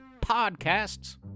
podcasts